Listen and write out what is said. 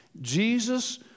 Jesus